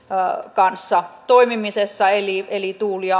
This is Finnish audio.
kanssa toimimisessa eli eli tuuli ja